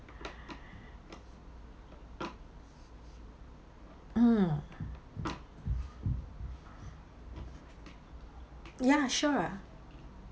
mm ya sure